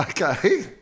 Okay